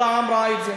כל העם ראה את זה.